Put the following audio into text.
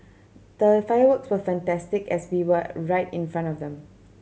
the fireworks were fantastic as we were right in front of them